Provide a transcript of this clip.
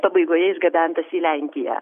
pabaigoje išgabentas į lenkiją